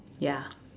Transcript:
ya